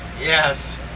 Yes